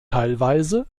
teilweise